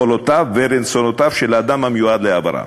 יכולותיו ורצונותיו של האדם המיועד להעברה.